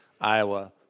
Iowa